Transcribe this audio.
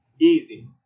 Easy